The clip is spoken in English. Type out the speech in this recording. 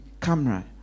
camera